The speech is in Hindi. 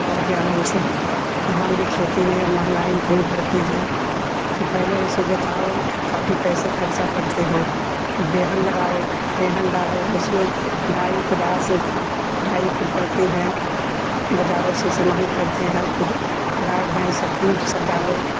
और फिर आराम से धान कि खेती में मंहगाई इतनी पड़ती हैं कि पहले उसे जुताओ काफ़ी पैसे खर्चा करते हैं फिर वहन लगाओ वहन डालो उसमें डाई पोटास ढाही कुल पड़ते हैं बाज़ारों से सामान करते हैं हम खुद गाय भेंस किट सब डालो